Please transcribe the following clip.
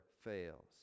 fails